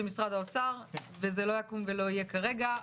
משרד האוצר וזה לא יקום ולא יהיה כרגע.